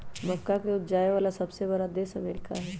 मक्का के उपजावे वाला सबसे बड़ा देश अमेरिका हई